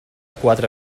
quatre